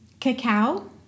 cacao